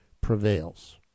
prevails